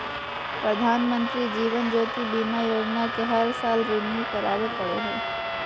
प्रधानमंत्री जीवन ज्योति बीमा योजना के हर साल रिन्यू करावे पड़ो हइ